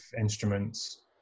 instruments